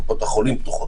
קופות החולים פתוחות,